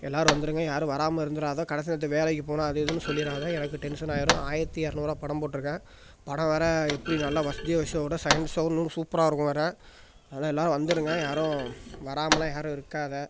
எல்லோரும் வந்துடுங்க யாரும் வராமல் இருந்துடாத கடைசி நேரத்தில் வேலைக்கு போனேன் அது இதுன்னு சொல்லிடாத எனக்கு டென்ஷன் ஆயிடும் ஆயிரத்தி இரநூறுவா படம் போட்டிருக்கேன் படம் வேறு எப்படி நல்லா ஃபர்ஸ்ட் டே ஃபர்ஸ்ட் ஷோவோடய செகண்ட் ஷோவும் இன்னும் சூப்பராக இருக்கும் வேறு அதனால் எல்லோரும் வந்துடுங்க யாரும் வராமெலாம் யாரும் இருக்காத